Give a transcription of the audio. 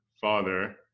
father